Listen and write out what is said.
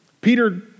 Peter